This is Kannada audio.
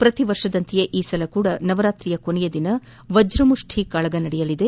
ಪ್ರತಿ ವರ್ಷದಂತೆಯೇ ಈ ಬಾರಿಯೂ ನವರಾತ್ರಿ ಕೊನೆಯ ದಿನ ವಜ್ರಮುಷ್ಠಿ ಕಾಳಗ ನಡೆಯಲಿದೆ